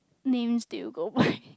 names do you go by